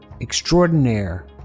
extraordinaire